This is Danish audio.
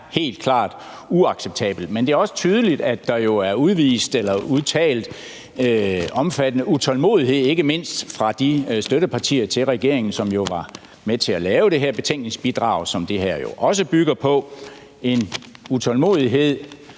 er klart uacceptabelt. Men det er også tydeligt, at der er udtrykt en omfattende utålmodighed, ikke mindst fra de støttepartier til regeringen, som var med til at lave det her betænkningsbidrag, som det her jo også bygger på – en utålmodighed